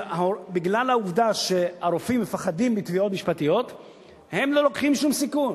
בגלל העובדה שהרופאים מפחדים מתביעות משפטיות הם לא לוקחים שום סיכון.